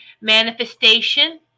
Manifestation